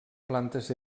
plantes